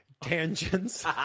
tangents